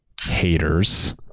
haters